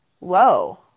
low